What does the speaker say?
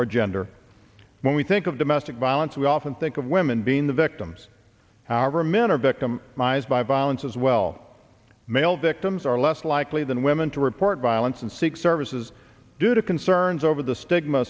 or gender when we think of domestic violence we often think of women being the victims however men are victim mys by violence as well male victims are less likely than women to report violence and seek services due to concerns over the stigma